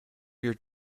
your